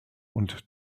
und